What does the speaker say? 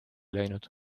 läinud